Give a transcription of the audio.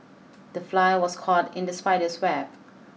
the fly was caught in the spider's web